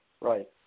Right